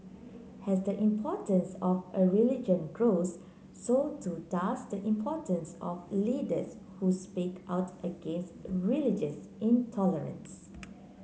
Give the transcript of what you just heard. as the importance of a religion grows so too does the importance of leaders who speak out against religious intolerance